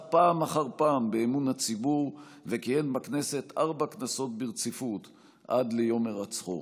פעם אחר פעם באמון הציבור וכיהן בארבע כנסות ברציפות עד ליום הירצחו.